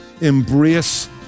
embrace